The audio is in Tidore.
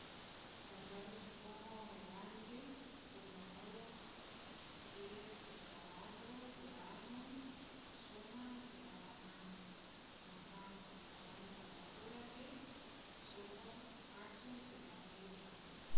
Fajaru cikoho haiwan ge, toma ngolo ge sema lado, gurango, soma, sedaba ngang maha haiwan toma gura ge soho, kaso, sedaba ega.